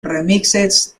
remixes